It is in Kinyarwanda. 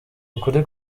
ukuri